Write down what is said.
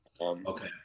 Okay